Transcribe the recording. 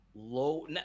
Low